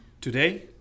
Today